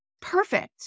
Perfect